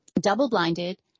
double-blinded